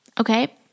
Okay